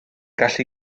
gallu